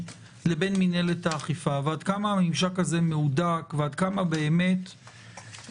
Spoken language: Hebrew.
מינהלת האכיפה ועד כמה הממשק הזה מהודק ועד כמה למשל,